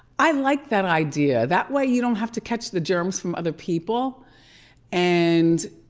i like that idea. that way you don't have to catch the germs from other people and